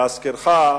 להזכירך,